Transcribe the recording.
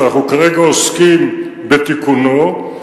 שאנחנו כרגע עוסקים בתיקונו,